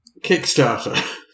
Kickstarter